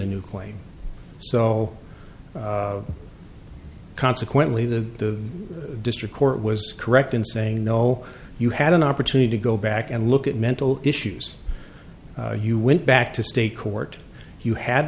a new claim so consequently the district court was correct in saying you know you had an opportunity to go back and look at mental issues you went back to state court you had